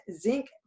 zinc